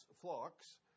flocks